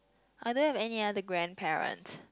I don't have any other grandparents